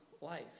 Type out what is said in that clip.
life